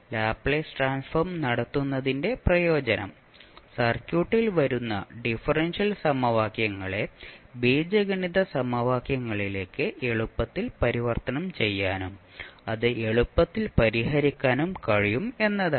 Laplace transform നടത്തുന്നതിന്റെ പ്രയോജനം സർക്യൂട്ടിൽ വരുന്ന ഡിഫറൻഷ്യൽ സമവാക്യങ്ങളെ ബീജഗണിത സമവാക്യങ്ങളിലേക്ക് എളുപ്പത്തിൽ പരിവർത്തനം ചെയ്യാനും അത് എളുപ്പത്തിൽ പരിഹരിക്കാനും കഴിയും എന്നതാണ്